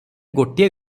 ଗୋଟିଏ